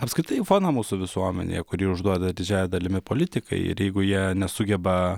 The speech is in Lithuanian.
apskritai foną mūsų visuomenėje kurį užduoda didžiąja dalimi politikai ir jeigu jie nesugeba